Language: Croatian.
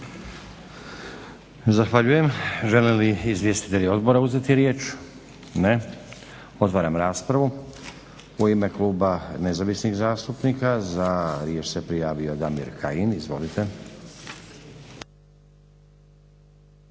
Zahvaljujem. Želi li izvjestitelji Odbora uzeti riječ? Ne. Otvaram raspravu. U ime Kluba nezavisnih zastupnika za riječ se prijavio Damir Kajin. Izvolite.